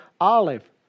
olive